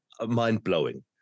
mind-blowing